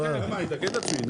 אני אתקן את עצמי,